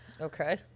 okay